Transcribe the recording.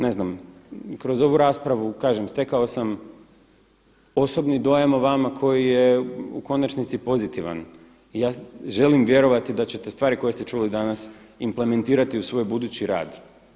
Ne znam, kroz ovu raspravu kažem stekao sam osobni dojam o vama koji je u konačnici pozitivan i ja želim vjerovati da ćete stvari koje ste čuli danas implementirati u svoj budući rad.